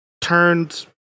turned